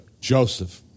Joseph